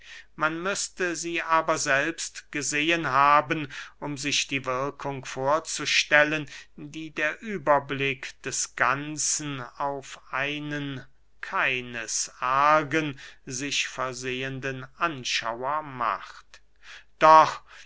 man müßte sie aber selbst gesehen haben um sich die wirkung vorzustellen die der überblick des ganzen auf einen keines argen sich vorsehenden anschauer macht doch